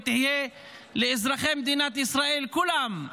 ותהיה לאזרחי מדינת ישראל כולם,